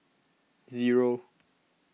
zero